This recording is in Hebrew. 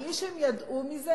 בלי שהם ידעו מזה,